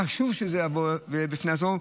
חשוב שזה יבוא בפני עצמו,